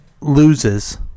loses